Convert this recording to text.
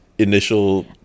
initial